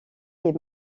les